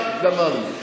גמרנו.